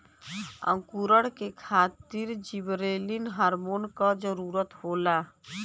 अंकुरण के खातिर जिबरेलिन हार्मोन क जरूरत होला